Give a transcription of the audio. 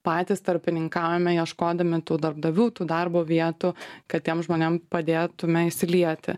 patys tarpininkaujame ieškodami tų darbdavių tų darbo vietų kad tiem žmonėm padėtumėme įsilieti